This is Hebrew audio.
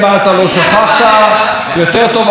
אבל אם אתה חושב שזה יהדות,